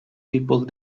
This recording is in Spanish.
tipos